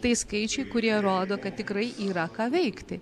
tai skaičiai kurie rodo kad tikrai yra ką veikti